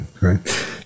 right